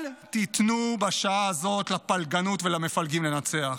אל תיתנו בשעה הזאת לפלגנות ולמפלגים לנצח.